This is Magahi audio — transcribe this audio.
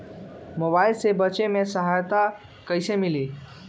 मोबाईल से बेचे में सहायता कईसे मिली?